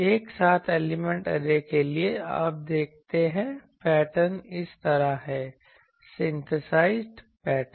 एक सात element array के लिए आप देखते हैं पैटर्न इस तरह है सिनथीसाइजड पैटर्न